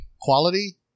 quality